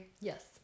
Yes